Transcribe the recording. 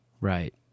Right